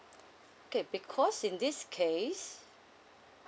okay because in this case